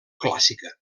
clàssica